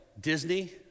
Disney